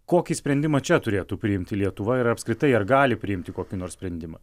kokį sprendimą čia turėtų priimti lietuva ir apskritai ar gali priimti kokį nors sprendimą